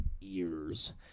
ears